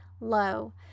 low